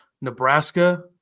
Nebraska